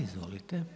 Izvolite.